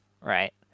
right